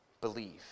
believe